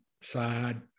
side